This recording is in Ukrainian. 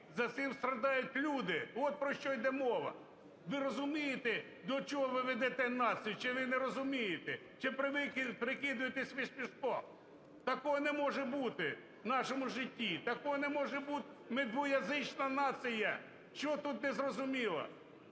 За цим страждають люди – от про що йде мова. Ви розумієте, до чого ви ведете націю, чи ви не розумієте? Чи прикидаєтесь ……? Такого не може бути в нашому житті, такого не може бути! Ми – двуязична нація. Що тут не зрозуміло?